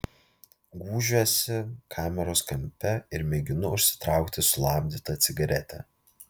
gūžiuosi kameros kampe ir mėginu užsitraukti sulamdytą cigaretę